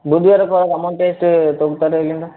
ಬೂದಿಗೆರೆಗೆ ಹೋಗಕ್ಕೆ ಅಮೌಂಟ್ ಎಷ್ಟು ತೊಗೊಂತಾರೆ ರೀ ಇಲ್ಲಿಂದ